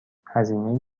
هزینه